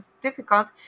difficult